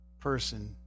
person